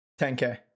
10k